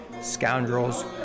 scoundrels